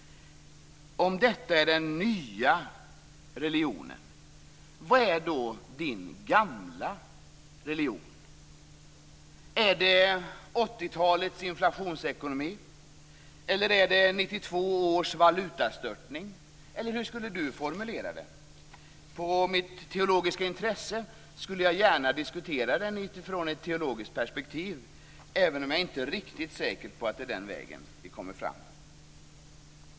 Om detta är den nya religionen, vad är då Peter Erikssons gamla religion? Är det 80-talets inflationsekonomi eller är det 1992 års valutastörtning? Eller hur skulle Peter Eriksson formulera den? Med utgångspunkt från mitt teologiska intresse skulle jag gärna diskutera frågan utifrån ett teologiskt perspektiv, även om jag inte är riktigt säker på att vi kan komma fram den vägen.